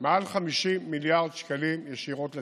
50 מיליארד שקלים ישירות לציבור: